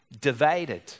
divided